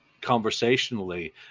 conversationally